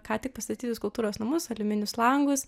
ką tik pastatytus kultūros namus aliuminius langus